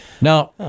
Now